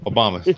Obama